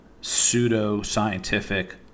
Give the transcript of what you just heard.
pseudo-scientific